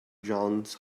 johns